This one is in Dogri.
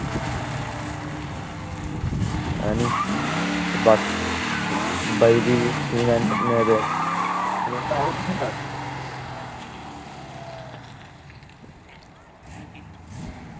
ऐ नी ते बाकी बजरी सीमेंट ते